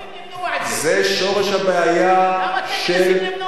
מה כל ההתרגשות שלך?